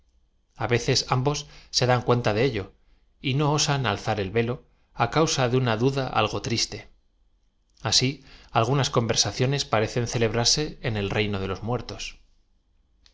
veces ambos se dan cuenta de ello y no osan a lza r el velo á causa de una duda algo triste asi algunas conversaciones parecen celebrarse en e l reino de los muertos